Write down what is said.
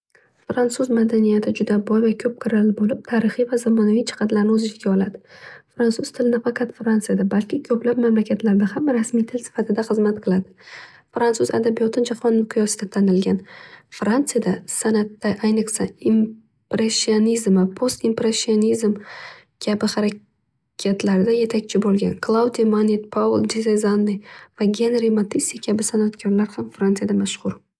Fransuz madaniyati juda boy va ko'p qirrali bo'lib tarixiy va zamonaviy jihatlarni o'z ichiga oladi. Fransuz tilini nafaqat fransiyada balki ko'plab mamlakatlarda ham rasmiy til sifatida xizmat qiladi. Fransuz adabiyoti jahon miyosida tanilgan. Fransiyada sanatda ayniqsa impressionizm va post impressionizm kabi harakatlarda yetakchi bo'lgan. Klladua mani, paul de dezani va genri mattesi kabi sanatkorlar ham fransiyada mashhur.